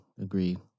agreed